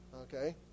okay